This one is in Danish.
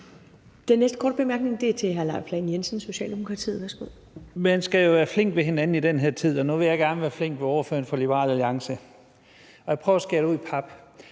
Den næste korte bemærkning er til hr. Leif Lahn Jensen, Socialdemokratiet. Værsgo. Kl. 10:48 Leif Lahn Jensen (S): Man skal jo være flink over for hinanden i den her tid, og nu vil jeg gerne være flink over for ordføreren fra Liberal Alliance. Jeg vil prøve at skære det ud i pap: